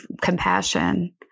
compassion